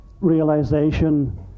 realization